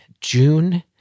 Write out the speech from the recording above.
June